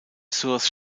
source